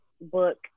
book